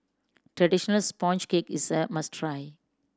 traditional sponge cake is a must try